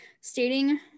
stating